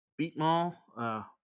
Beatmall